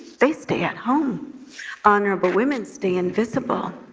stay stay at home honorable women stay invisible.